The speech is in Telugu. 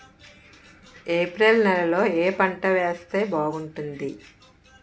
ఏప్రిల్ నెలలో ఏ పంట వేస్తే బాగుంటుంది?